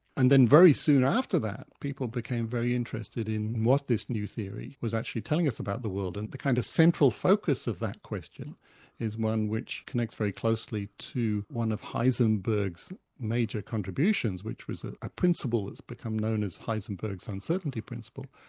and then very soon after that, people became very interested in what this new theory was actually telling us about the world, and the kind of central focus of that question is one which connects very closely to one of heisenberg's major contributions, which was a ah principle that's become known as heisenberg's uncertainty principle,